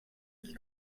qui